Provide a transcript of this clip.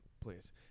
Please